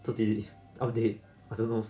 自己 update I don't know